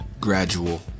gradual